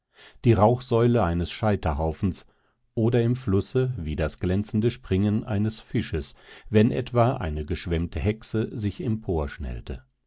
die rauchsäule eines scheiterhaufens oder im flusse wie das glänzende springen eines fisches wenn etwa eine geschwemmte hexe sich